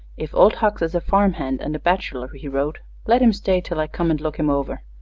if old hucks is a farm hand and a bachelor, he wrote, let him stay till i come and look him over.